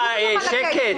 לא עוסקת בהרשאה להתחייב,